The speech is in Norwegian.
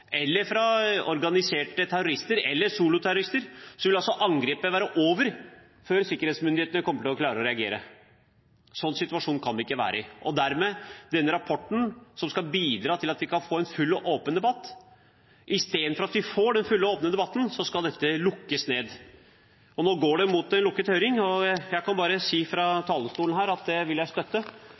eller fra organiserte terrorister eller soloterrorister, vil angrepet være over før sikkerhetsmyndighetene kommer til å klare å reagere. En slik situasjon kan vi ikke være i. Denne rapporten skal bidra til at vi kan få en full og åpen debatt. I stedet for at vi får den fulle og åpne debatten, skal dette lukkes ned. Nå går det mot lukket høring. Jeg kan bare si fra talerstolen at det vil jeg støtte,